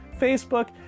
Facebook